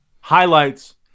highlights